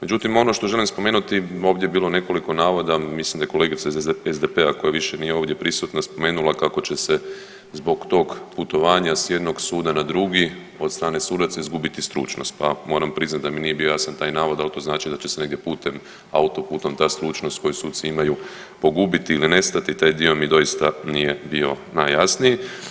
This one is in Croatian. Međutim, ono što želim spomenuti ovdje je bilo nekoliko navoda, mislim da je kolegica iz SDP-a koja više nije ovdje prisutna spomenula kako će se zbog tog putovanja s jednog suda na drugi od strane sudaca izgubiti stručnost, pa moram priznati da mi nije bio jasan taj navod da li to znači da će se negdje putem, autoputom ta stručnost koju suci imaju pogubiti ili nestati, taj dio mi doista nije bio najjasniji.